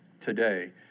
today